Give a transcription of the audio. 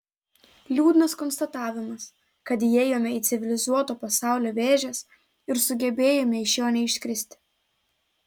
liūdnas konstatavimas kad įėjome į civilizuoto pasaulio vėžes ir sugebėjome iš jo neiškristi